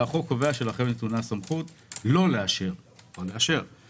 והוא קובע שלכם יש הסמכות לא לאשר או לאשר.